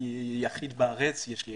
אני יחיד בארץ, יש לי